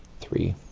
three